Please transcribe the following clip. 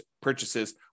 purchases